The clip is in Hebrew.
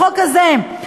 בחוק הזה,